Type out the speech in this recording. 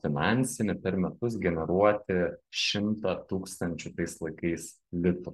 finansinį per metus generuoti šimtą tūkstančių tais laikais litų